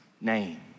name